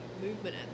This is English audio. movement